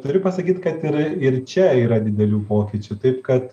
turiu pasakyt kad ir ir čia yra didelių pokyčių taip kad